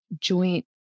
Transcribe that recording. joint